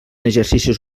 exercicis